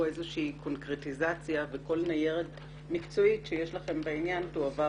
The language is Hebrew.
איזושהי קונקרטיזציה וכל ניירת מקצועית שיש לכם בעניין תועבר